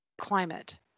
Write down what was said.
climate